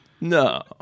No